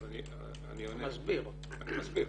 אני מסביר: